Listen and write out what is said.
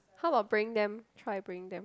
how about bringing them try to bring them